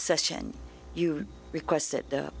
session you request at the